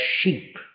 sheep